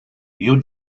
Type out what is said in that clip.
you